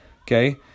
okay